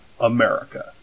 America